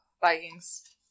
Vikings